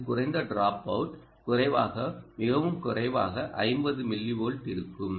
இது குறைந்த டிராப்அவுட் குறைவாக மிகவும் குறைவாக 50 மில்லி வோல்ட்இருக்கும்